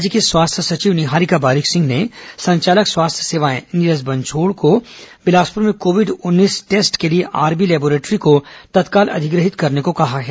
राज्य की स्वास्थ्य सचिव निहारिका बारिक सिंह ने संचालक स्वास्थ्य सेवाएं नीरज बंसोड़ को बिलासपुर में कोविड उन्नीस टेस्ट के लिए आरबी लैबोरेटरी को तत्काल अधिग्रहित करने को कहा है